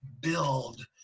build